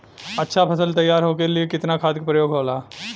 अच्छा फसल तैयार होके के लिए कितना खाद के प्रयोग होला?